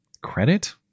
credit